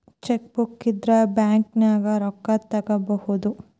chequebook ಇದ್ರ ಬ್ಯಾಂಕ್ನ್ಯಾಗ ರೊಕ್ಕಾ ತೊಕ್ಕೋಬಹುದು